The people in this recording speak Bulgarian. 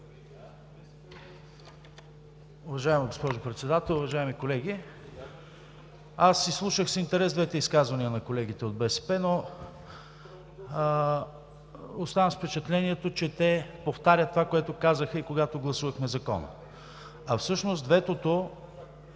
Уважаема госпожо Председател, уважаеми колеги! Изслушах с интерес двете изказвания на колегите от БСП, но останах с впечатлението, че те повтарят това, което казаха и когато гласувахме Закона. Всъщност ветото